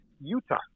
Utah